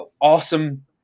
awesome –